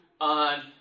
on